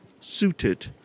suited